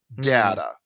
data